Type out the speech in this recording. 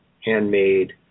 handmade